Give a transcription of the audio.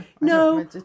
No